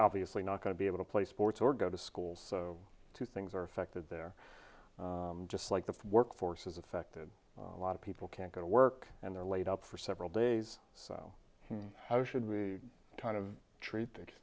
obviously not going to be able to play sports or go to school so two things are affected their just like the workforce is affected a lot of people can't go to work and they're laid up for several days so how should we kind of treated